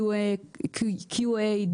QA,